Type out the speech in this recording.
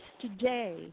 today